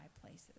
places